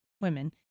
Women